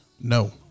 No